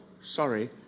Sorry